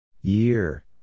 Year